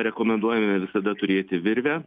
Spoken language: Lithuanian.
rekomenduoju visada turėti virvę